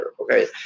Okay